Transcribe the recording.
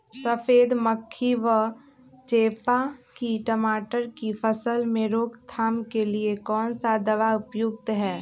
सफेद मक्खी व चेपा की टमाटर की फसल में रोकथाम के लिए कौन सा दवा उपयुक्त है?